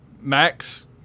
Max